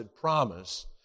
promise